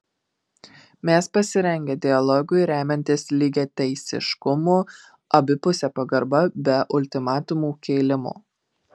mes pasirengę dialogui remiantis lygiateisiškumu abipuse pagarba be ultimatumų kėlimo